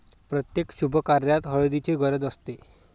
प्रत्येक शुभकार्यात हळदीची गरज असते